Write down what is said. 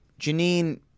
Janine